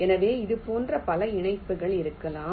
எனவே இதுபோன்ற பல இணைப்புகள் இருக்கலாம்